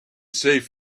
save